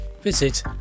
visit